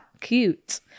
Cute